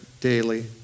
daily